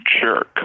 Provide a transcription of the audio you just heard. jerk